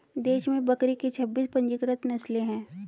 देश में बकरी की छब्बीस पंजीकृत नस्लें हैं